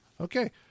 okay